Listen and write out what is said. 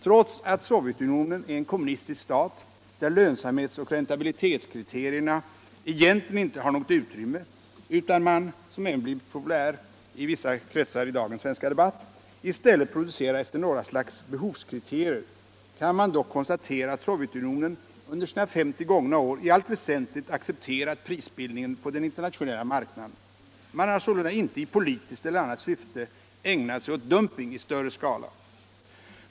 Trots att Sovjetunionen är en kommunistisk stat, där lönsamhetsoch räntabilitetskriterierna egentligen inte har något utrymme, utan man i stället — vilket även blivit populärt att framhålla på vissa håll i dagens svenska debatt — producerar efter några slags behovskriterier, kan man dock konstatera att Sovjetunionen under sina 50 gångna år i allt väsentligt accepterat prisbildningen på den internationella marknaden. Man har sålunda inte i politiskt eller annat syfte ägnat sig åt dumping i större skala.